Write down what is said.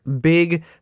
big